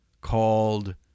called